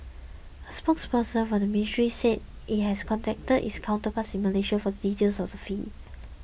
a spokesperson from the ministry said it has contacted its counterparts in Malaysia for details of the fee